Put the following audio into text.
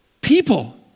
people